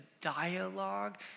dialogue